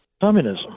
Communism